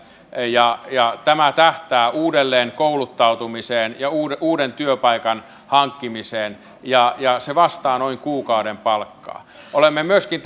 ja ja tämä tähtää uudelleenkouluttautumiseen ja uuden uuden työpaikan hankkimiseen ja ja se vastaa noin kuukauden palkkaa olemme myöskin